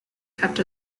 kept